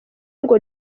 ngo